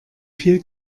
viel